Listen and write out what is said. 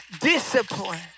discipline